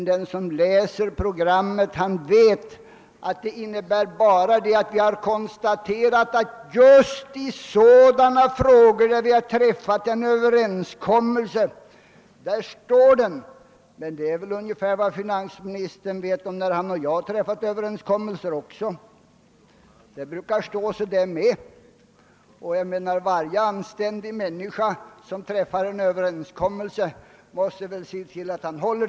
Den som läser programmet vet emellertid att det bara innebär ett konstaterande av att vi i de frågor, där vi träffat en Överenskommelse, skall hålla fast vid denna. Det sägs inte mera än vad finansministern brukar vara säker om när han och jag träffat överenskommelser. Också dessa överenskommelser brukar stå sig. Och varje anständig människa som träffar en överenskommelse måste ju se till att den hålls.